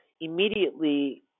immediately